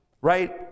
right